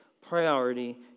priority